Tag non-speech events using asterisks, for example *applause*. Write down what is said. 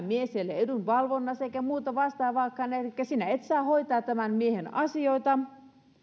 *unintelligible* mies ei ole edunvalvonnassa eikä muuta vastaavaakaan elikkä sinä et saa hoitaa tämän miehen asioita